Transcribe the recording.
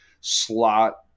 slot